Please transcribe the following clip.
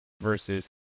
Versus